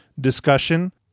discussion